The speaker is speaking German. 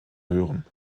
hören